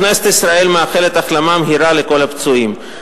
כנסת ישראל מאחלת החלמה מהירה לכל הפצועים.